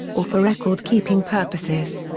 or for record-keeping purposes.